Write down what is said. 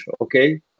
okay